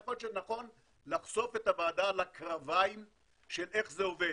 יכול להיות שנכון לחשוף את הוועדה לקרביים של איך זה עובד.